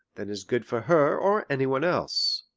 than is good for her or anyone else.